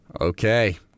Okay